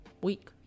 week